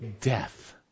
Death